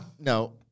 No